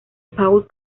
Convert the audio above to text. paul